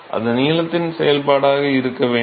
அது நீளத்தின் செயல்பாடாக இருக்க வேண்டும்